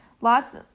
lots